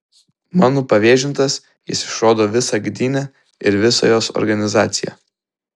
mano pavėžintas jis išrodo visą gdynę ir visą jos organizaciją